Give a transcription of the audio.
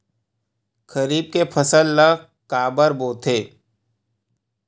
खरीफ के फसल ला काबर बोथे?